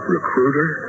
Recruiter